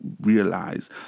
realize